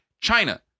China